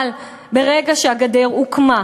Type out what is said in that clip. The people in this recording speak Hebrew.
אבל ברגע שהגדר הוקמה,